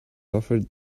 offered